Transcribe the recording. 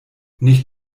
nicht